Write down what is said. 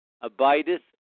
abideth